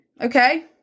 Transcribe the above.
Okay